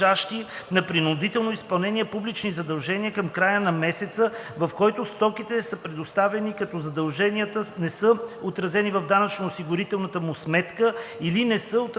на принудително изпълнение публични задължения, към края на месеца, в който стоките са предоставени, като задълженията не са отразени в данъчно-осигурителната му сметка или не са отразени